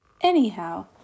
Anyhow